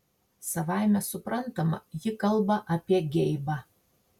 savaime suprantama ji kalba apie geibą